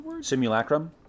Simulacrum